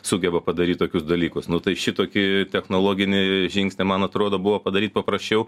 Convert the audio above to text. sugeba padaryt tokius dalykus nu tai šitokį technologinį žingsnį man atrodo buvo padaryt paprasčiau